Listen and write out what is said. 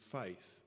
faith